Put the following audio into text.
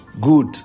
Good